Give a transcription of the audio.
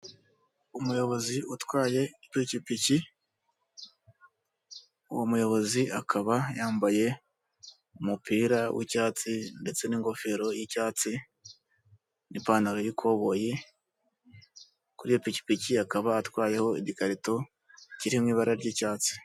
Umuyobozi utwaye ipikipiki, uwo muyobozi akaba yambaye umupira w'icyatsi ndetse n'ingofero y'icyatsi n'ipantaro y'ikoboyi, kuri iyo pikipiki akaba atwayeho igikarito kiri mu ibara ry'icyatsi.